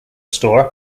store